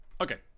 okay